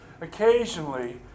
Occasionally